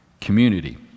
Community